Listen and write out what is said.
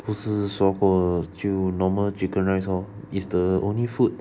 不是说过就 normal chicken rice lor is the only food